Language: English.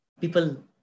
people